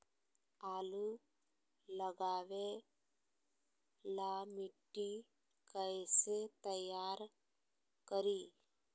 आलु लगावे ला मिट्टी कैसे तैयार करी?